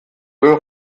müll